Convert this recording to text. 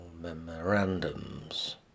memorandums